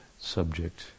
Subject